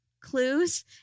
clues